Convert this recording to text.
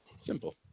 Simple